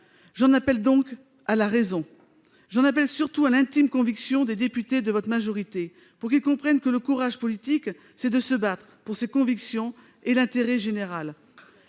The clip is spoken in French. J'en appelle donc à la raison. J'en appelle surtout à l'intime conviction des députés de votre majorité, pour qu'ils comprennent que le courage politique, c'est de se battre pour ses convictions et l'intérêt général.